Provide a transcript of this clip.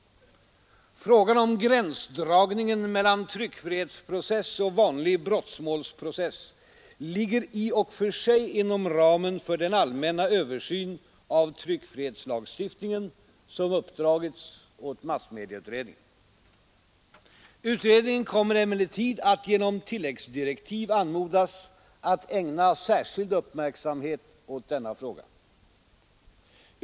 Frågan om gränsdragningen mellan tryckfrihetsprocess och vanlig brottmålsprocess ligger i och för sig inom ramen för den allmänna översyn av tryckfrihetslagstiftningen som uppdragits åt massmedieutredningen. Utredningen kommer emellertid att genom tilläggsdirektiv anmodas att ägna särskild uppmärksamhet åt denna fråga.